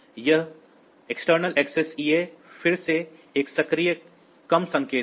यह बाहरी पहुंच EA फिर से एक सक्रिय कम संकेत है